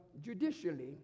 judicially